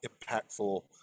impactful